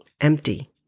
empty